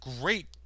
great